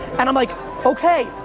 and i'm like okay,